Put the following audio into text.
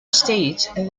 state